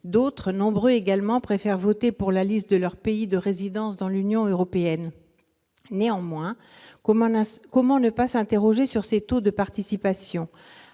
D'autres, nombreux également, préfèrent voter pour une liste de leur pays de résidence dans l'Union européenne. Néanmoins, comment ne pas s'interroger sur ces taux de participation ?